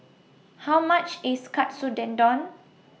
How much IS Katsu Tendon